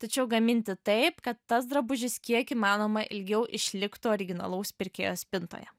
tačiau gaminti taip kad tas drabužis kiek įmanoma ilgiau išliktų originalaus pirkėjo spintoje